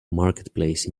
marketplace